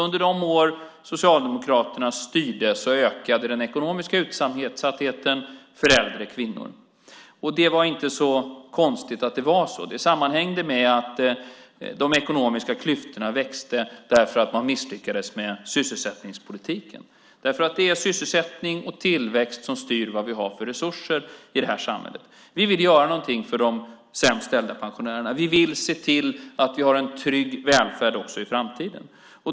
Under de år Socialdemokraterna styrde ökade den ekonomiska utsattheten för äldre kvinnor. Det var inte så konstigt att det var så. Det sammanhängde med att de ekonomiska klyftorna växte därför att man misslyckades med sysselsättningspolitiken. Det är sysselsättning och tillväxt som styr vad vi har för resurser i samhället. Vi vill göra någonting för de sämst ställda pensionärerna. Vi vill se till att vi har en trygg välfärd också i framtiden.